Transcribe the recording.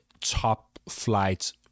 top-flight